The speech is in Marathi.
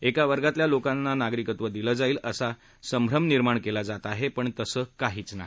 एका वर्गातील लोकांचं नागरिकत्व जाईल असां सभ्रम निर्माण केला जात आहे पण तसं काहीच नाही